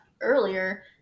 earlier